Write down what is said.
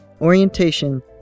orientation